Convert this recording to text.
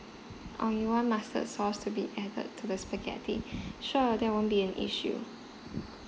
um you want mustard sauce to be added to the spaghetti sure that won't be an issue